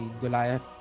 Goliath